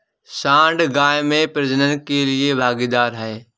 सांड गाय में प्रजनन के लिए भागीदार है